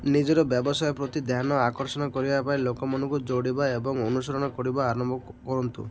ନିଜର ବ୍ୟବସାୟ ପ୍ରତି ଧ୍ୟାନ ଆକର୍ଷଣ କରିବାପାଇଁ ଲୋକମାନଙ୍କୁ ଯୋଡ଼ିବା ଏବଂ ଅନୁସରଣ କରିବା ଆରମ୍ଭ କରନ୍ତୁ